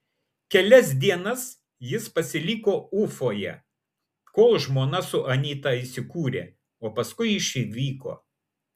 kelias dienas jis pasiliko ufoje kol žmona su anyta įsikūrė o paskui išvyko